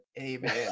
Amen